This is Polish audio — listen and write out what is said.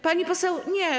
Pani poseł, nie.